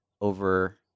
over